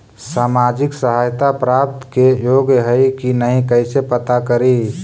सामाजिक सहायता प्राप्त के योग्य हई कि नहीं कैसे पता करी?